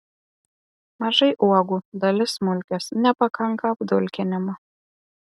mažai uogų dalis smulkios nepakanka apdulkinimo